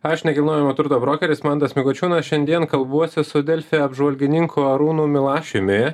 aš nekilnojamo turto brokeris mantas mikučiūnas šiandien kalbuosi su delfi apžvalgininku arūnu milašiumi